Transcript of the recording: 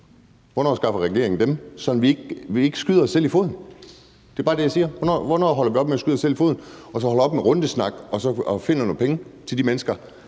Hvornår skaffer regeringen dem, sådan at vi ikke skyder os selv i foden? Det er bare det, jeg spørger om. Hvornår holder vi op med at skyde os selv i foden og snakke rundesnak og så i stedet for finde nogle penge til de mennesker,